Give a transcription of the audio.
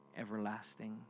everlasting